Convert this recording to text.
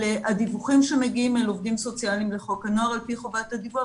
הדיווחים שמגיעים אל עובדים סוציאליים לחוק הנוער על פי חובת הדיווח,